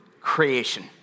creation